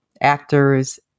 actors